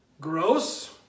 Gross